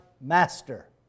Master